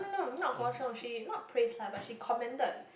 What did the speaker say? not Guo-Xiong she not praise lah but she commended